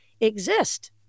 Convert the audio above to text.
exist